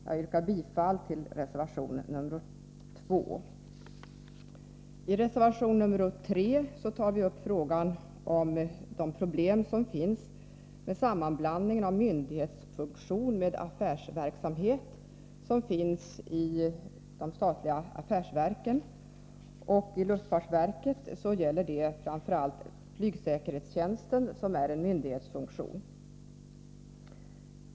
Jag yrkar bifall till reservation 2. I reservation 3 tar vi upp problemet med sammanblandningen av myndighetsfunktion med affärsverksamhet i de statliga affärsverken. I luftfartsverket gäller det framför allt flygsäkerhetstjänsten, som har en myndighetsfunktion.